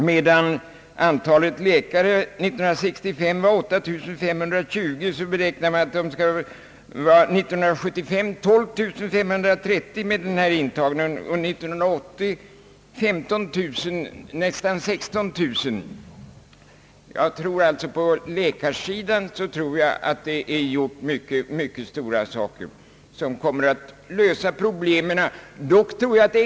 Medan antalet läkare år 1965 var 8 520, räknar man med att det år 1975 skall vara 12530 med den nuvarande intagningen, och år 1980 nästan 16 000. På läkarsidan har det gjorts mycket stora saker, som jag tror kommer att lösa problemet.